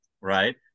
right